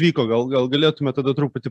vyko gal gal galėtumėt tada truputį